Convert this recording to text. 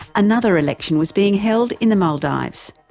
another election was being held in the maldives.